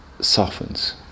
softens